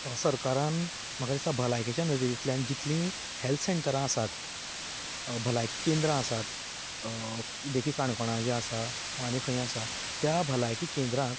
सरकारान म्हाका दिसता भलायकेच्या नदरेंतल्यान जितलीं हॅल्त सॅंटरां आसात भलायकी केंद्रां आसात देखीक काणकोणांत जें आसा वा आनी खंय आसा त्या भलायकी केंद्रांत